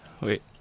Wait